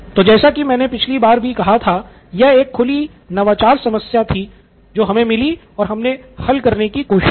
तो जैसा की मैंने पिछली बार भी कहा था कि यह एक खुली नवाचार समस्या थी जो हमें मिली और हमने हल करने की कोशिश की